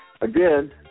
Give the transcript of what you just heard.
again